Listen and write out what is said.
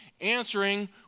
answering